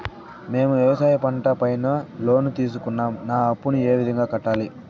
మేము వ్యవసాయ పంట పైన లోను తీసుకున్నాం నా అప్పును ఏ విధంగా కట్టాలి